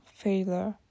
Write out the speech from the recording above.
failure